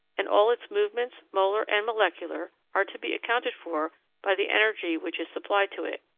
and all its movements, molar and molecular, are to be accounted for by the energy which is supplied to it.